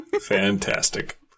Fantastic